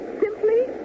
Simply